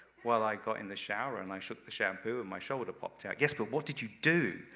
well i got in the shower and i shook the shampoo and my shoulder popped out. yes, but what did you do?